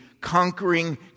conquering